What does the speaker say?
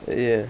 ya